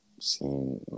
seen